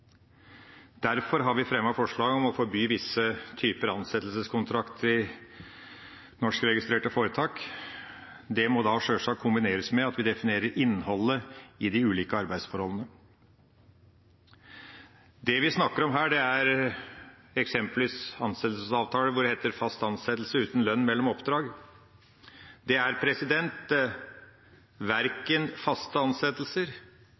Derfor har vi fremmet forslag om å forby visse typer ansettelseskontrakter i norskregistrerte foretak. Det må sjølsagt kombineres med at vi definerer innholdet i de ulike arbeidsforholdene. Det vi snakker om her, er eksempelvis ansettelsesavtaler hvor det heter «fast ansatt uten lønn mellom oppdrag». Det er verken